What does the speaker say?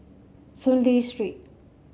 Soon Lee Street